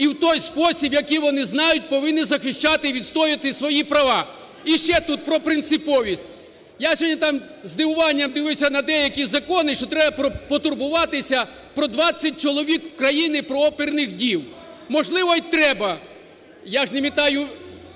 і в той спосіб, який вони знають, повинні захищати і відстоювати свої права. І ще тут про принциповість. Я сьогодні зі здивуванням дивився на деякі закони, що треба потурбуватися про 20 чоловік в країні, про оперних дів. Можливо й треба. Я ж не метаю,